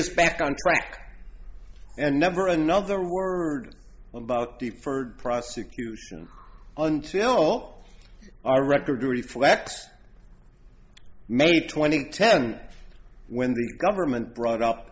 is back on track and number another word about deferred prosecution until our record reflects may twenty ten when the government brought up